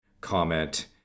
comment